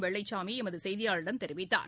வெள்ளைச்சாமி எமது செய்தியாளரிடம் தெரிவித்தார்